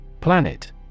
Planet